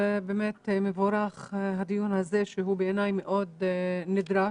בעיניי הדיון הזה מאוד נדרש.